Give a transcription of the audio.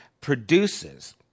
produces